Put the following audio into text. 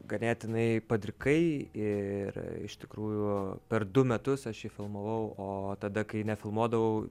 ganėtinai padrikai ir iš tikrųjų per du metus aš jį filmavau o tada kai nefilmuodavau